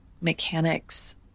mechanics